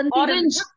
orange